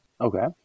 Okay